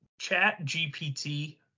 ChatGPT